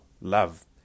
love